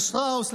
לשטראוס,